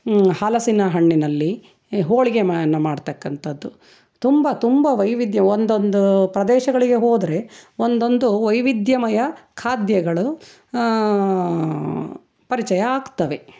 ಹಲಸಿನ ಹಣ್ಣಿನಲ್ಲಿ ಹೋಳಿಗೆ ಮ ನ ಮಾಡತಕ್ಕಂಥದ್ದು ತುಂಬ ತುಂಬ ವೈವಿಧ್ಯ ಒಂದೊಂದು ಪ್ರದೇಶಗಳಿಗೆ ಹೋದರೆ ಒಂದೊಂದು ವೈವಿಧ್ಯಮಯ ಖಾದ್ಯಗಳು ಪರಿಚಯ ಆಗ್ತವೆ